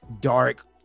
dark